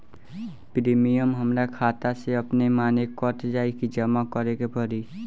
Premium हमरा खाता से अपने माने कट जाई की जमा करे के पड़ी?